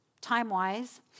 time-wise